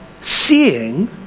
Seeing